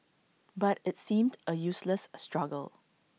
but it's seemed A useless struggle